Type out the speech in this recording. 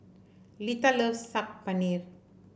Lita loves Saag Paneer